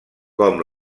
com